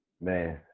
man